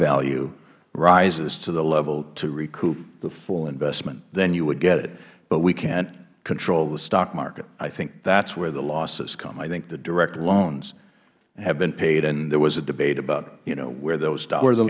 value rises to the level to recoup the full investment then you would get it but we can't control the stock market i think that's where the losses come i think the direct loans have been paid and there was a debate about you know where those dollar